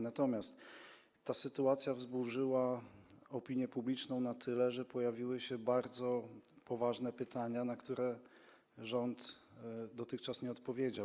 Natomiast ta sytuacja wzburzyła opinię publiczną na tyle, że pojawiły się bardzo poważne pytania, na które rząd dotychczas nie odpowiedział.